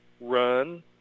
run